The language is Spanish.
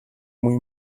muy